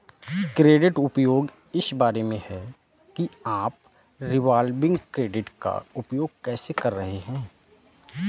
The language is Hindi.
क्रेडिट उपयोग इस बारे में है कि आप रिवॉल्विंग क्रेडिट का उपयोग कैसे कर रहे हैं